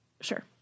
Sure